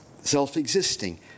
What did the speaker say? self-existing